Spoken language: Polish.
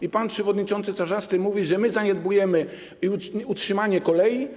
I pan przewodniczący Czarzasty mówi, że my zaniedbujemy utrzymanie kolei?